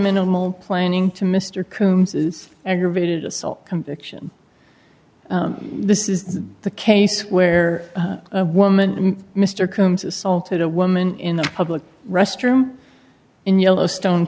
minimal planning to mr coombs is aggravated assault conviction this is the case where a woman mr combs assaulted a woman in a public restroom in yellowstone